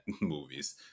movies